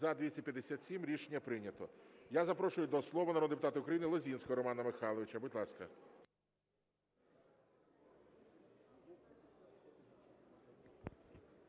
За-257 Рішення прийнято. Я запрошую до слова народного депутата України Лозинського Романа Михайловича, будь ласка.